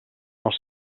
els